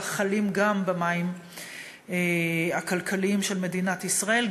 חלים גם במים הכלכליים של מדינת ישראל,